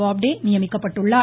பாப்டே நியமிக்கப்பட்டுள்ளார்